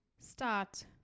start